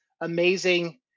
amazing